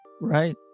Right